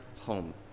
home